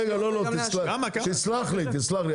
רגע לא תסלח לי תסלח לי,